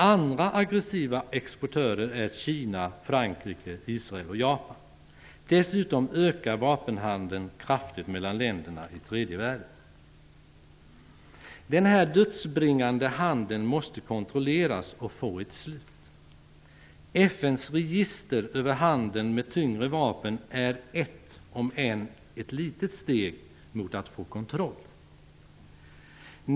Andra aggressiva exportörer är Kina, Frankrike, Israel och Japan. Dessutom ökar vapenhandeln kraftigt mellan länderna i tredje världen. Den här dödsbringande handeln måste kontrolleras och få ett slut. FN:s register över handeln med tyngre vapen är ett -- om än litet -- steg mot att få kontroll.